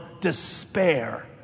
despair